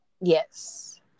Yes